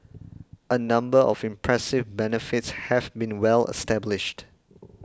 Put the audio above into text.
a number of impressive benefits have been well established